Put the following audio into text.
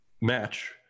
match